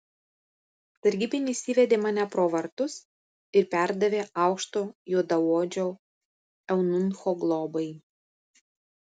sargybinis įvedė mane pro vartus ir perdavė aukšto juodaodžio eunucho globai